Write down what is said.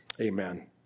Amen